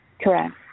Correct